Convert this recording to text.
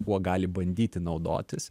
kuo gali bandyti naudotis